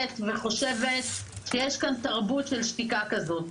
וחושבת שיש כאן תרבות של שתיקה כזאת.